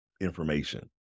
information